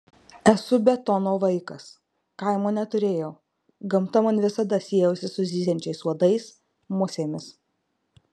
esu betono vaikas kaimo neturėjau gamta man visada siejosi su zyziančiais uodais musėmis